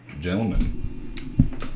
gentlemen